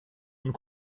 und